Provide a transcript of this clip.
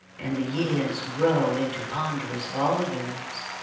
and the years grow into ponderous volumes.